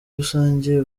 rusange